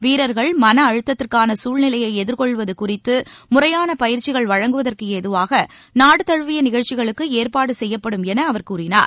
வீரர்கள் மன அழுத்தத்திற்கான சூழ்நிலையை எதிர்கொள்வது குறித்து முறையான பயிற்சிகள் வழங்குவதற்கு ஏதுவாக நாடு தழுவிய நிகழ்ச்சிகளுக்கு ஏற்பாடு செய்யப்படும் என அவர் கூறினார்